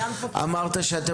אמרת שעל